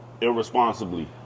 irresponsibly